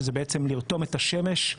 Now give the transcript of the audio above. שזה בעצם לרתום את השמש,